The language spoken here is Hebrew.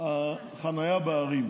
החניה בערים?